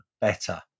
better